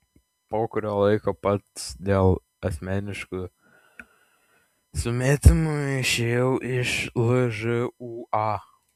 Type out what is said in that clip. po kurio laiko pats dėl asmeniškų sumetimų išėjau iš lžūa